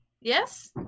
Yes